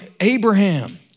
Abraham